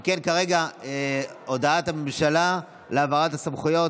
אם כן, כרגע הודעת הממשלה על העברת הסמכויות.